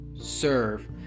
serve